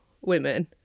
women